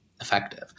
effective